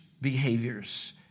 behaviors